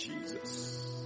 Jesus